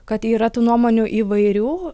kad yra tų nuomonių įvairių